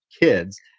kids